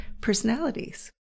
personalities